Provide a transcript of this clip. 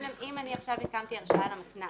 אם אני עכשיו הקמתי הרשאה למתנ"ס.